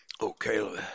Okay